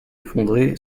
effondré